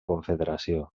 confederació